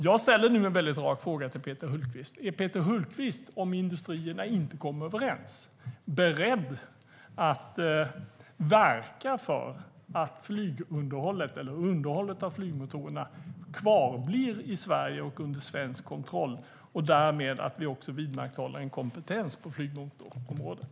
Jag ställer nu en väldigt rak fråga till Peter Hultqvist: Är Peter Hultqvist, om industrierna inte kommer överens, beredd att verka för att underhållet av flygmotorerna kvarblir i Sverige och under svensk kontroll och därmed att vi också vidmakthåller en kompetens på flygmotorområdet?